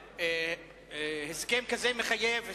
הסכם כזה מחייב,